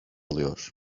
alıyor